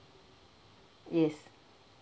yes